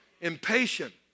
impatient